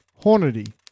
Hornady